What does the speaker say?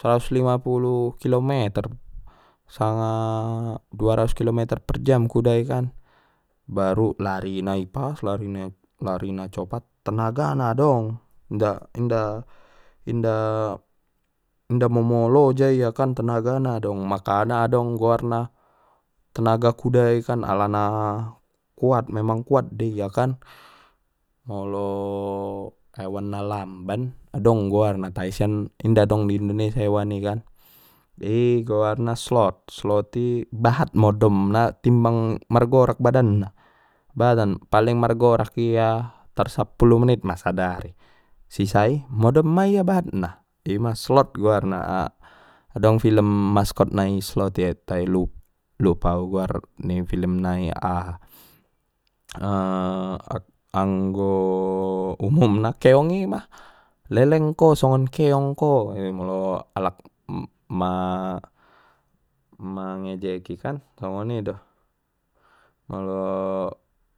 saras lima pulu kilometer sanga du ras k kilomoter par jam kuda i kan baru lari na ipas larina larina copat tenaga na dong inda inda inda momo loja ia kan tenaga na dong makana adong goarna tenaga kuda ikan alana kuat memang kuat de ia kan, molo hewan na lamban adong goarna tai sian inda dong di indonesia hewan i kan jadi goarna sloth, sloth i bahat modom na timbang margorak badan na badan paling margorak ia tar sapulu menit ma sadari, sisa i modom ma ia bahat na ima sloth goarna adong film maskot na i sloth i tae lupa au guar ni film na ahai, anggo umumna keong i ma leleng ko songon keong ko molo alak ma-mangejeki kan songoni do molo.